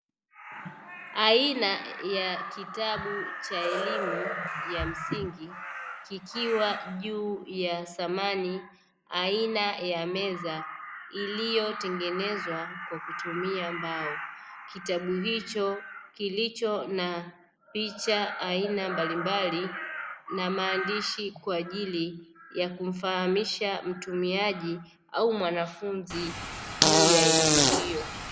Aina ya kitabu cha elimu ya msingi, kikiwa juu ya samani aina ya meza; iliyotengenezwa kwa kutumia mbao. Kitabu hicho kilicho na picha aina mbalimbali na maadishi kwa ajili ya kumfahamisha mtumiaji au mwanafunzi juu ya elimu hiyo.